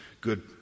good